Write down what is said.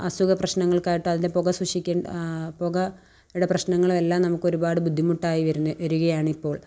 അസുഖ പ്രശ്നങ്ങൾക്കായിട്ടും അതിൻ്റെ പുക പുകയുടെ പ്രശ്നങ്ങളുമെല്ലാം നമുക്ക് ഒരുപാട് ബുദ്ധിമുട്ടായി വരുന്നെ വരികയാണിപ്പോൾ